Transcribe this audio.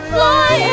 Fly